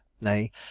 nay